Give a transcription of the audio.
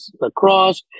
lacrosse